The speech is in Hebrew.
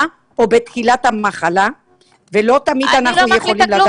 או בתחילת המחלה ולא תמיד אנחנו יכולים לדעת את זה.